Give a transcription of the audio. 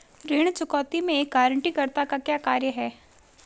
ऋण चुकौती में एक गारंटीकर्ता का क्या कार्य है?